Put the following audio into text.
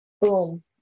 boom